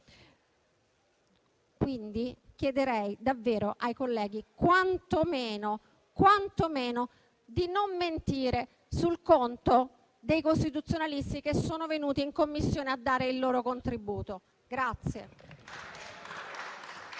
Quindi, chiedo davvero ai colleghi quantomeno di non mentire sul conto dei costituzionalisti che sono intervenuti in Commissione a dare il loro contributo.